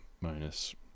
minus